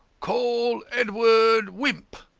call edward wimp.